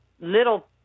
little